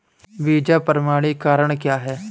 बीज प्रमाणीकरण क्या है?